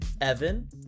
Evan